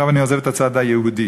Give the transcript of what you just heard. עכשיו אני עוזב את הצד היהודי.